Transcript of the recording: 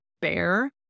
bear